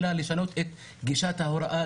אלא לשנות את גישת ההוראה,